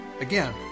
Again